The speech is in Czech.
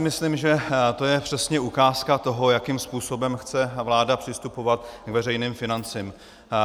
Myslím si, že to je přesně ukázka toho, jakým způsobem chce vláda přistupovat k veřejným financím.